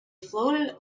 floated